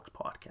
Podcast